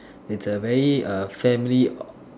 it's a very uh family o~